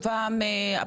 תרצו לענות?